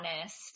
honest